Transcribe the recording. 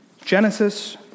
Genesis